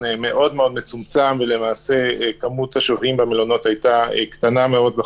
מאוד מצומצם ועם כמות שוהים קטנה מאוד.